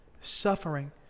suffering